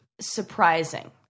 surprising